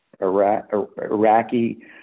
Iraqi